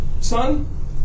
Son